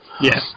Yes